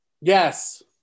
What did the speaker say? Yes